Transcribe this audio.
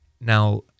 Now